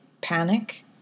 panic